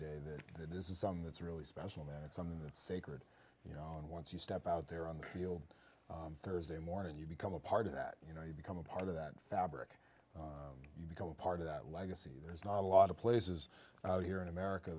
day that this is something that's really special and it's something that sacred you know and once you step out there on the field thursday morning you become a part of that you know you become a part of that fabric you become part of that legacy there's not a lot of places here in america